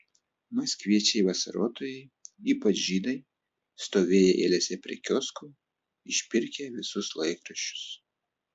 maskviečiai vasarotojai ypač žydai stovėję eilėse prie kioskų išpirkę visus laikraščius